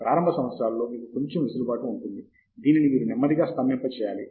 కాబట్టి ప్రారంభ సంవత్సరాలలో మీకు కొంచెం వెసులుబాటు ఉంటుంది దీనిని మీరు నెమ్మదిగా స్తంభింపజేయాలి